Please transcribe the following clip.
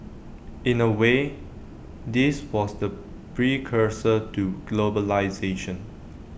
in A way this was the precursor to globalisation